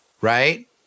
right